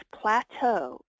plateau